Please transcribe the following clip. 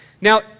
Now